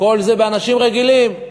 כל זה באנשים רגילים.